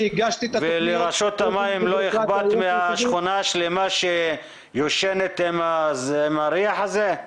ולרשות המים לא אכפת מהשכונה השלמה שישנה עם הריח הזה?